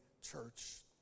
church